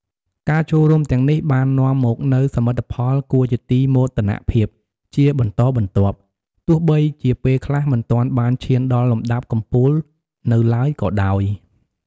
ការចូលរួមទាំងនេះបាននាំមកនូវសមិទ្ធផលគួរជាទីមោទនភាពជាបន្តបន្ទាប់ ទោះបីជាពេលខ្លះមិនទាន់បានឈានដល់លំដាប់កំពូលនៅឡើយក៏ដោយ។